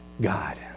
God